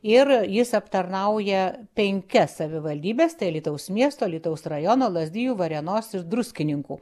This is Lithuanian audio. ir jis aptarnauja penkias savivaldybes tai alytaus miesto alytaus rajono lazdijų varėnos druskininkų